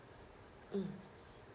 mm